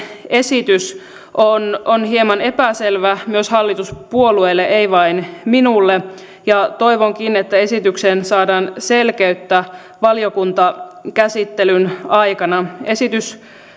esitys on on hieman epäselvä myös hallituspuolueille ei vain minulle ja toivonkin että esitykseen saadaan selkeyttä valiokuntakäsittelyn aikana esitys